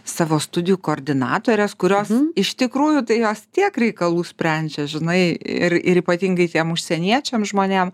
savo studijų koordinatores kurios iš tikrųjų tai jos tiek reikalų sprendžia žinai ir ir ypatingai tiem užsieniečiam žmonėm